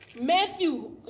Matthew